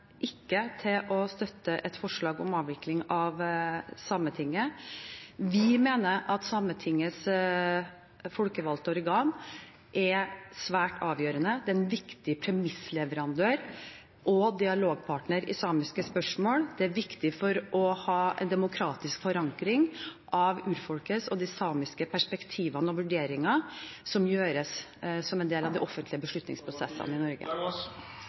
ikke kommer til å støtte et forslag om avvikling av Sametinget. Vi mener at Sametinget, samenes folkevalgte organ, er svært avgjørende og en viktig premissleverandør og dialogpartner i samiske spørsmål . Det er viktig for å ha en demokratisk forankring av urfolkets perspektiver og de samiske perspektiver og vurderinger som gjøres som en del av de offentlige beslutningsprosessene i Norge